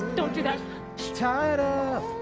don't do that tied up.